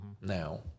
now